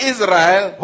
Israel